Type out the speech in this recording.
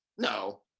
No